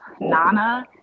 Nana